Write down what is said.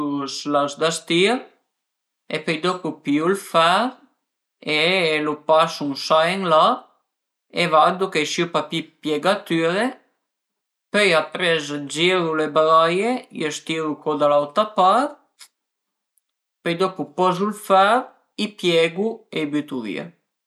I bütu sü l'as da stir e pöi dopu pìu ël fer e lu pasu ën sa e ën la e vardu ch'ai sie papì dë piegatüre, pöi apres giru le braie, i stiru co da l'auta part, pöi dopu pozu ël fer, i piegu e i bütu vìa